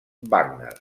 wagner